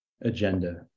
agenda